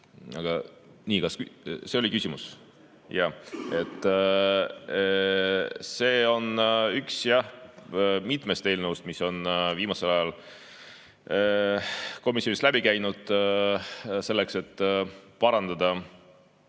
Nii. Kas see oli küsimus? See on üks mitmest eelnõust, mis on viimasel ajal komisjonist läbi käinud selleks, et maandada